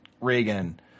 Reagan